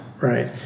right